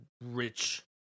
rich